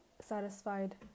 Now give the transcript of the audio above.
satisfied